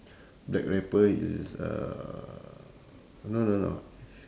black rapper it's uh no no no